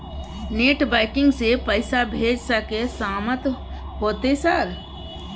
Net banking से पैसा भेज सके सामत होते सर?